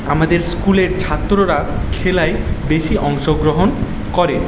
আমাদের স্কুলের ছাত্ররা খেলায় বেশি অংশগ্রহণ করে